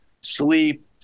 sleep